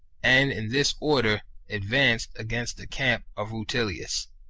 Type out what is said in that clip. and in this order advanced against the camp of rutilius.